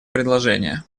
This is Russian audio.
предложения